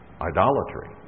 Idolatry